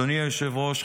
אדוני היושב-ראש,